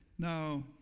Now